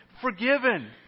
forgiven